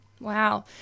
Wow